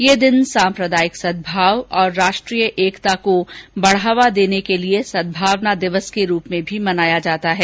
यह दिन साम्प्रदायिक सद्भाव और राष्ट्रीय एकता को बढावा देने के लिए सद्भावना दिवस को रूप में भी मनाया जाता है